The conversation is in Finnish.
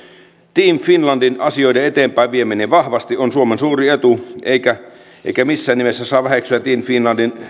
team finlandin asioiden eteenpäinvieminen vahvasti on suomen suuri etu eikä missään nimessä saa väheksyä team finlandin